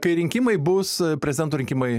kai rinkimai bus prezidento rinkimai